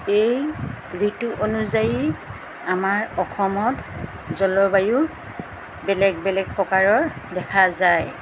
এই ঋতু অনুযায়ী আমাৰ অসমত জলবায়ু বেলেগ বেলেগ প্ৰকাৰৰ দেখা যায়